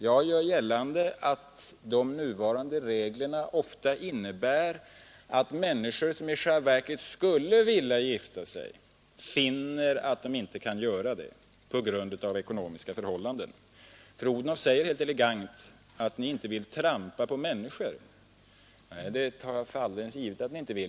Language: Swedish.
Jag gör gällande att de nuvarande reglerna ofta innebär att människor, som i själva verket skulle vilja gifta sig, finner att de inte kan göra det på grund av de ekonomiska förhållandena. Fru Odhnoff säger helt elegant att ni inte vill trampa på människor. Nej, det tar jag alldeles för givet att ni inte vill.